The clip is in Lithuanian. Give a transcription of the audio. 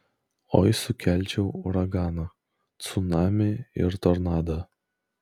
oi sukelčiau uraganą cunamį ir tornadą